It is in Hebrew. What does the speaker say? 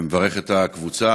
אני מברך את הקבוצה.